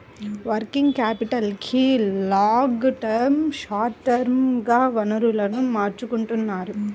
working క్యాపిటల్కి long term, short term గా వనరులను సమకూర్చుకుంటారు